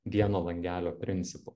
vieno langelio principu